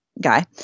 guy